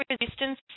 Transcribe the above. resistance